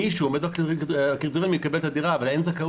מי שהוא עומד בקריטריונים יקבל את הדירה,